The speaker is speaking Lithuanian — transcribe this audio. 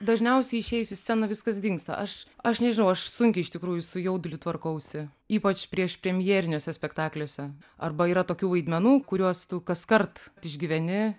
dažniausiai išėjus į sceną viskas dingsta aš aš nežinau aš sunkiai iš tikrųjų su jauduliu tvarkausi ypač prieš premjeriniuose spektakliuose arba yra tokių vaidmenų kuriuos tu kaskart išgyveni